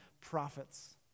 prophets